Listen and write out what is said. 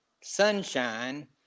Sunshine